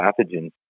pathogens